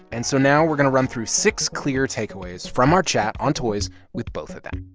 and so now we're going to run through six clear takeaways from our chat on toys with both of them